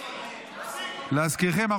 להזכירכם,